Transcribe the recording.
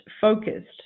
focused